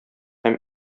һәм